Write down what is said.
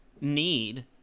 need